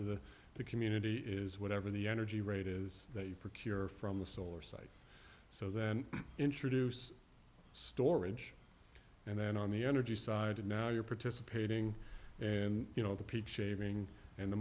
to the community is whatever the energy rate is they procured from the solar site so then introduce storage and then on the energy side now you're participating and you know the peak shaving and othe